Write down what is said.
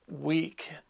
week